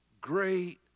great